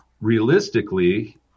realistically